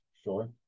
Sure